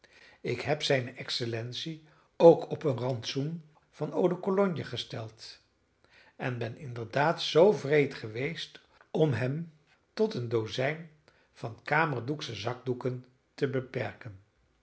ik heb zijne excellentie ook op een rantsoen van eau-de-cologne gesteld en ben inderdaad zoo wreed geweest om hem tot een dozijn van kamerdoeksche zakdoeken te beperken